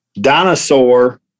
dinosaur